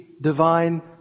divine